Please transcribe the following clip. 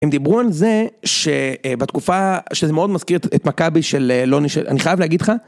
הם דיברו על זה שבתקופה... שזה מאוד מזכיר את מכבי של לוני... אני חייב להגיד לך